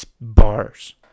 bars